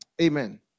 Amen